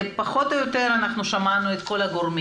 פחות או יותר שמענו את כל הגורמים,